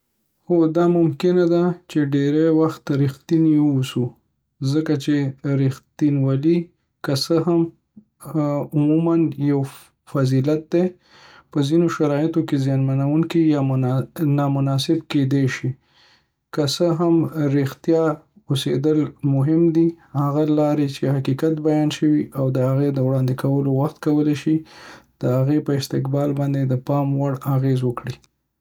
هو، دا ممکنه ده چې ډیری وخت رښتينی واوسو، ځکه چې ر ښتینولی، که څه هم عموما یو فض - فضیلت دی، په ځینو شرایطو کې زیانمنونکی یا نامناسب کیدی شي. که څه هم رښتیا اوسیدل مهم دي، هغه لارې چې حقیقت بیان شوی او د هغې د وړاندې کولو وخت کولی شي د هغې په استقبال باندې د پام وړ اغیزه وکړي.